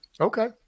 Okay